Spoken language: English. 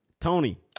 Tony